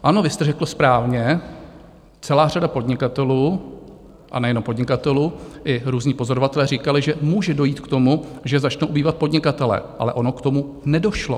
Ano, vy jste řekl správně, celá řada podnikatelů a nejenom podnikatelů i různí pozorovatelé říkali, že může dojít k tomu, že začnou ubývat podnikatelé, ale ono k tomu nedošlo.